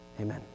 amen